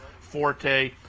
Forte